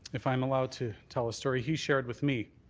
if i'm allowed to tell a story he shared with me.